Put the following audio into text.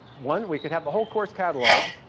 one, we could have the whole course catalog,